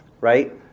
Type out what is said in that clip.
right